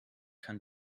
kann